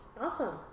Awesome